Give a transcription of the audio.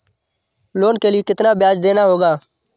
Loan के लिए कितना ब्याज देना होगा?